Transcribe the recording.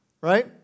Right